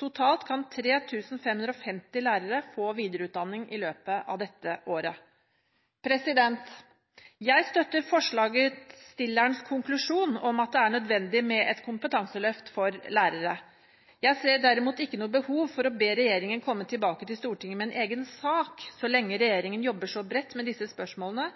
Totalt kan 3 550 lærere få videreutdanning i løpet av dette året. Jeg støtter forslagsstillernes konklusjon om at det er nødvendig med et kompetanseløft for lærere. Jeg ser derimot ikke noe behov for å be regjeringen komme tilbake til Stortinget med en egen sak så lenge regjeringen jobber så bredt med disse spørsmålene